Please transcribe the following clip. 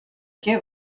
què